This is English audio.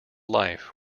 life